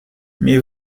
mais